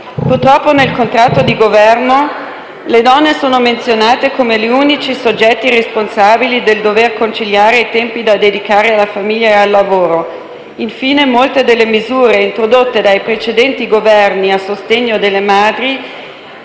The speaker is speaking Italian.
Purtroppo nel contratto di Governo le donne sono menzionate come gli unici soggetti responsabili del dover conciliare i tempi da dedicare alla famiglia e al lavoro. Infine, molte delle misure introdotte dai precedenti Governi a sostegno delle madri